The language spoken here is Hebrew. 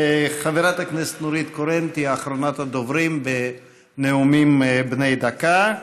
חברת הכנסת נורית קורן תהיה אחרונת הדוברים בנאומים בני דקה,